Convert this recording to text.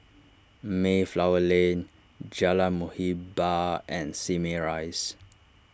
Mayflower Lane Jalan Muhibbah and Simei Rise